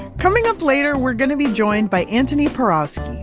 coming up later, we're going to be joined by antoni porowski.